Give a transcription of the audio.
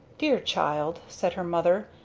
dear child said her mother,